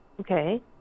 Okay